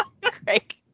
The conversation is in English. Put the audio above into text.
Craig